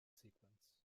sequence